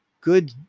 good